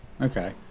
okay